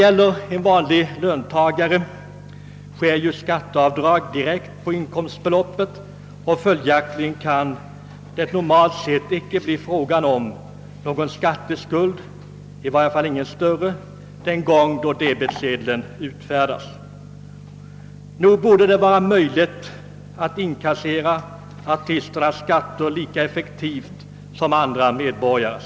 För en vanlig löntagare verkställes ju skatteavdrag på inkomsten omedelbart. Följaktligen kan det för honom normalt inte bli fråga om någon skatteskuld, i varje fall inte på några större belopp, när debetsedeln utfärdas. Nog borde det vara möjligt att göra avdrag för artisternas skatter lika effektivt som för andra medborgare.